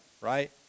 right